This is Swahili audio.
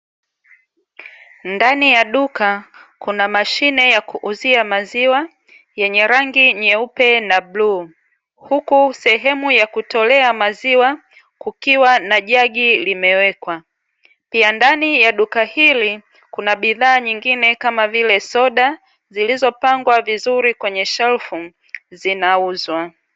Ndani ya duka kuna mashine ya kuuzia maziwa yenye rangi nyeupe na bluu, huku sehemu ya kutolea maziwa kukiwa na jagi limewekwa, pia ndani ya duka hili kuna bidhaa nyingine kama vile soda zilizopagwa vizuri kwenye shelfu zinauzwa.